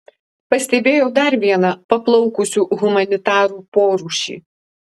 pastebėjau dar vieną paplaukusių humanitarų porūšį